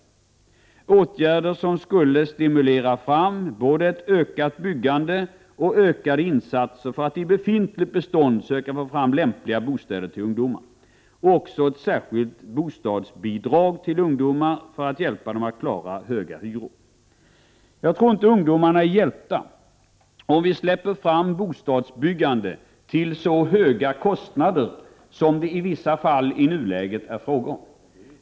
Det är åtgärder som skulle stimulera fram både ett ökat byggande och ökade insatser för att i befintligt bestånd försöka få fram lämpliga bostäder till ungdomar. Det gäller också ett särskilt bostadsbidrag till ungdomar för att hjälpa dem att klara höga hyror. Jag tror inte ungdomarna är hjälpta om vi släpper fram bostadsbyggande till så höga kostnader som det i nuläget i vissa fall är fråga om.